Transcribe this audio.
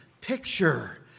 picture